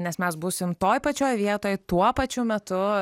nes mes būsim toj pačioj vietoj tuo pačiu metu